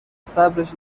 صبرش